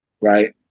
Right